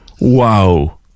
Wow